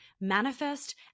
manifest